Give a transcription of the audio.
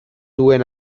duen